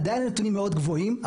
עדיין הנתונים מאוד גבוהים,